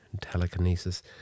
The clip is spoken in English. telekinesis